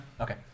Okay